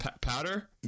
powder